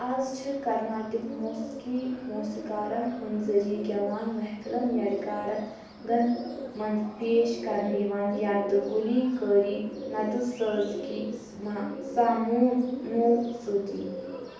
از چھِ کرناٹِک موسیقی موسیقارن ہٕنٛز ذٔریعہٕ گیون محفِلن یا رِکارڈ گن منٛز پیش کرنہٕ یِوان یا تہٕ کُلی کٲری نتہٕ سٲزکی سامونو سۭتۍ